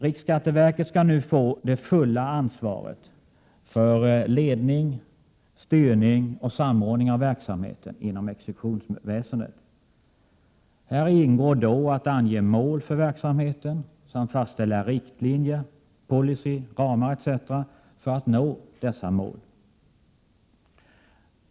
Riksskatteverket skall nu få det fulla ansvaret för ledning, styrning och samordning av verksamheten inom exekutionsväsendet. Häri ingår att ange mål för verksamheten samt fastställa riktlinjer, policy, ramar etc. för att nå dessa mål.